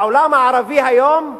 בעולם הערבי היום,